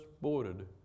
boarded